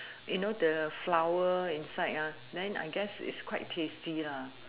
you know the flower inside ah then I guess is quite tasty lah